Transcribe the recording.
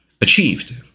achieved